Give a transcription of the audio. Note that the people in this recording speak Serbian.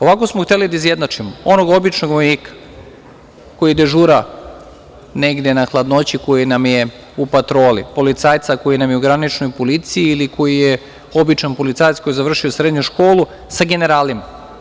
Ovako smo hteli da izjednačimo onog običnog vojnika koji dežura negde na hladnoći koji nam je u patroli, policajca koji nam je u graničnoj policiji, ili koji je običan policajac koji je završio srednju školu, sa generalima.